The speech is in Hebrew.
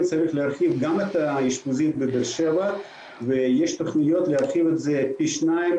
צריך להרחיב גם את האשפוזית בבאר-שבע ויש תוכניות להרחיב את זה פי שניים,